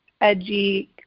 edgy